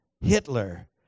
Hitler